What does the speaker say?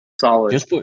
Solid